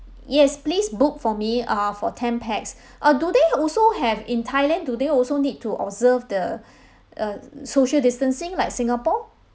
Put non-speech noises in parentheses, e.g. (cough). yes please book for me uh for ten pax (breath) uh do they also have in thailand do they also need to observe the (breath) uh social distancing like singapore